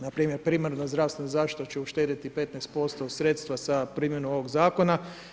Npr. primarna zdravstvena zaštita će uštedjeti 15% sredstva sa primjenom ovog zakona.